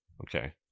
okay